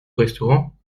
restaurant